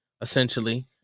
essentially